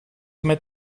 met